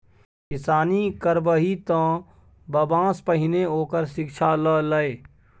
किसानी करबही तँ बबासँ पहिने ओकर शिक्षा ल लए